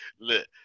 look